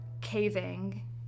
caving